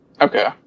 Okay